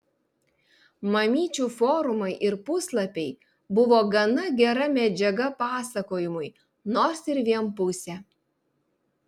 mamyčių forumai ir puslapiai buvo gana gera medžiaga pasakojimui nors ir vienpusė